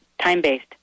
time-based